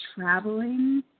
traveling